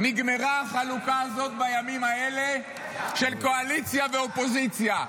נגמרה החלוקה הזאת בימים האלה של קואליציה ואופוזיציה.